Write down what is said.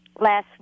last